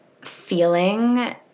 feeling